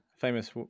famous